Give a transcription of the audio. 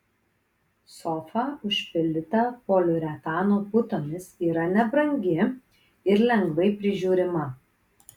sofa užpildyta poliuretano putomis yra nebrangi ir lengvai prižiūrima